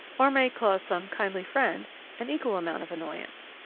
or may cause some kindly friend an equal amount of annoyance.